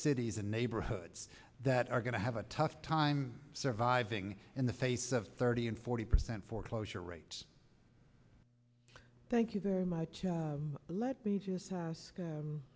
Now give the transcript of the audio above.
cities and neighborhoods that are going to have a tough time surviving in the face of thirty and forty percent foreclosure rate thank you very much let me just ask